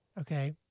Okay